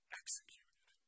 executed